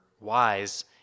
wise